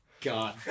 God